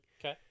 okay